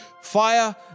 Fire